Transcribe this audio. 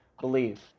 believe